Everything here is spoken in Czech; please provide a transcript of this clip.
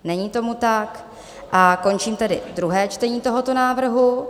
Není tomu tak a končím tedy druhé čtení tohoto návrhu.